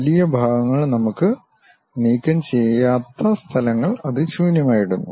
വലിയ ഭാഗങ്ങൾ നമ്മൾ നീക്കം ചെയ്യാത്ത സ്ഥലങ്ങൾ അത് ശൂന്യമായി ഇടുന്നു